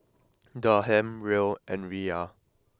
Dirham Riel and Riyal